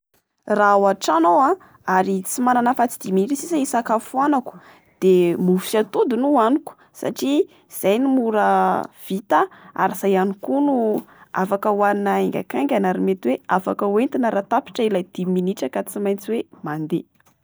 Raha ao an-trano aho ary tsy manana afa-tsy dimy minitra sisa isakafoanako, de mofo sy atody no hoaniko. Satria zay no mora vita ary izay ihany koa no afaka hoanina haingakaingana. Ary mety hoe afaka entina raha tapitra ilay dimy minitra ka tsy maintsy hoe mandeha.